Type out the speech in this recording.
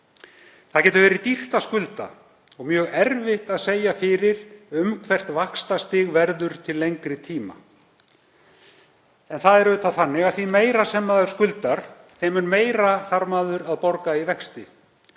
Það getur verið dýrt að skulda og mjög erfitt að segja fyrir um hvert vaxtastigið verður til lengri tíma. En því meira sem maður skuldar, þeim mun meira þarf maður að borga í vexti